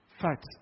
fact